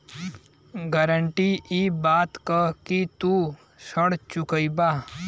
guarantee इ बात क कि तू ऋण चुकइबा